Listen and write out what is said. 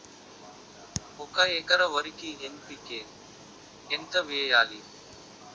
ఒక ఎకర వరికి ఎన్.పి.కే ఎంత వేయాలి?